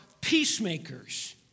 peacemakers